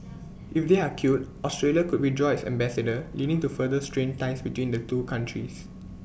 if they are killed Australia could withdraw its ambassador leading to further strained ties between the two countries